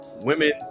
women